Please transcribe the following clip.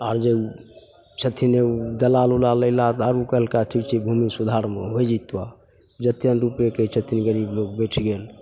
आओर जे छथिन ओ दलाल उलाल अएलाह तऽ आब ओ कहलका जे भूमि सुधारमे होइ जतबे जतेक ने रुपै कहै छथिन गरीब लोक बैठि गेल